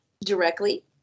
Directly